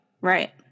Right